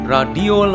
Radio